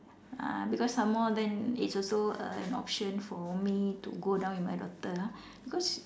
uh because some more then it's also a an option for me to go down with my daughter ah because